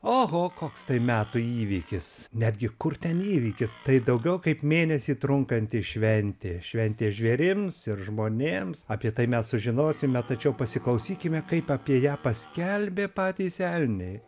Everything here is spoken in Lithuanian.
oho koks tai metų įvykis netgi kur ten įvykis tai daugiau kaip mėnesį trunkanti šventė šventė žvėrims ir žmonėms apie tai mes sužinosime tačiau pasiklausykime kaip apie ją paskelbė patys elniai